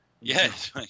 Yes